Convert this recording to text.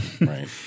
Right